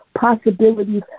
possibilities